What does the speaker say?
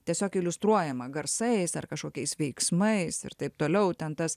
tiesiog iliustruojama garsais ar kažkokiais veiksmais ir taip toliau ten tas